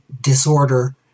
disorder